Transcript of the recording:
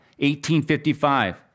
1855